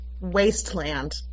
wasteland